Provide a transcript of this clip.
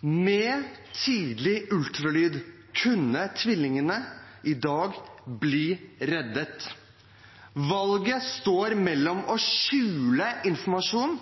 Med tidlig ultralyd kunne tvillingene blitt reddet. Valget står mellom å skjule informasjon